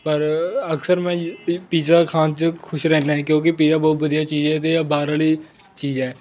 ਪਰ ਅਕਸਰ ਮੈਂ ਪ ਪੀਜ਼ਾ ਖਾਣ 'ਚ ਖੁਸ਼ ਰਹਿਣਾ ਹੈ ਕਿਉਂਕਿ ਪੀਜ਼ਾ ਬਹੁਤ ਵਧੀਆ ਚੀਜ਼ ਹੈ ਅਤੇ ਇਹ ਬਾਹਰ ਵਾਲੀ ਚੀਜ਼ ਹੈ